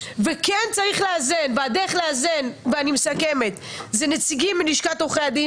כן צריך לאזן והדרך לאזן אני מסכמת - היא נציגים מלשכת עורכי הדין